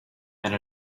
and